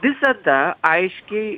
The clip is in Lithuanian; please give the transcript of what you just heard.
visada aiškiai